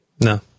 No